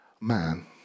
man